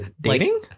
Dating